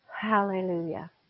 Hallelujah